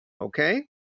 okay